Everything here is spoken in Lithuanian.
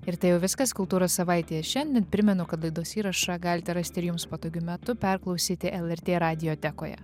ir tai jau viskas kultūros savaitėje šiandien primenu kad laidos įrašą galite rasti ir jums patogiu metu perklausyti lrt radiotekoje